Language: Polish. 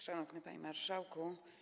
Szanowny Panie Marszałku!